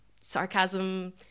sarcasm